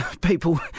people